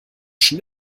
schon